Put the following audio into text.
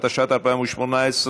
הצעת החוק עברה בקריאה ראשונה,